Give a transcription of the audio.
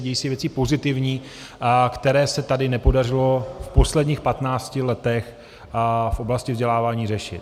A dějí se věci pozitivní, které se tady nepodařilo v posledních patnácti letech v oblasti vzdělávání řešit.